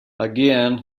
again